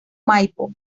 maipo